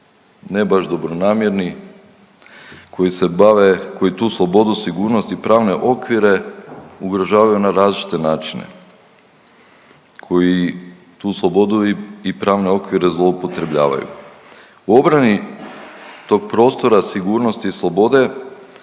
ne baš dobronamjerni, koji se bave, koji tu slobodu, sigurnost i pravne okvire ugrožavaju na različite načine, koji tu slobodu i pravne okvire zloupotrebljavaju. U obrani tog prostora, sigurnosti i slobode